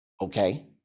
okay